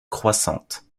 croissante